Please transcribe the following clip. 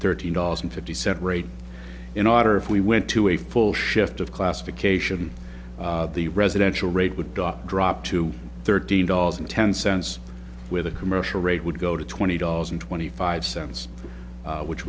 thirteen dollars and fifty cent rate in order if we went to a full shift of classification the residential rate would drop drop to thirteen dollars and ten cents with a commercial rate would go to twenty dollars and twenty five cents which